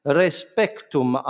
respectum